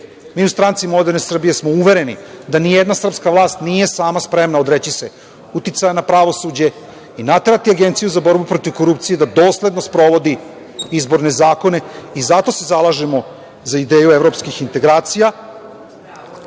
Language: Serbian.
Mi u SMS smo uvereni da ni jedna srpska vlast nije sama spremna odreći se uticaja na pravosuđe i naterati Agenciju za borbu protiv korupcije da dosledno sprovodi izborne zakone. Zato se zalažemo za ideju evropskih integracija.